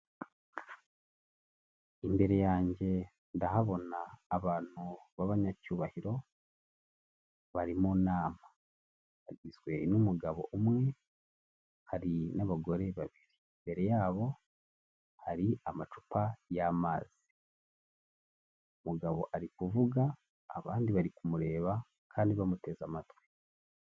Imbere yanjye ndahabona abantu b'abanyacyubahiro bari mu nama; agizwe n'umugabo umwe hari n'abagore babiri; imbere yabo hari amacupa y'amazi. Umugabo ari kuvuga abandi bari kumureba kandi bamuteze amatwi.